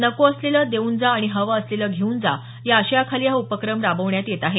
नको असलेलं देऊन जा आणि हवं असलेलं घेऊन जा या आशयाखाली हा उपक्रम राबवण्यात येत आहे